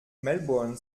melbourne